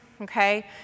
okay